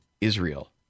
Israel